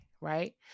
right